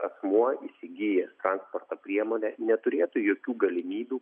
asmuo įsigijęs transporto priemonę neturėtų jokių galimybių